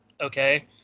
okay